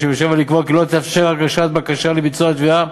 ולקבוע כי לא תתאפשר הגשת בקשה לביצוע תביעה